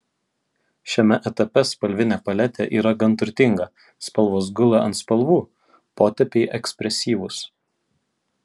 šiame etape spalvinė paletė yra gan turtinga spalvos gula ant spalvų potėpiai ekspresyvūs